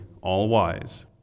all-wise